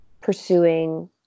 pursuing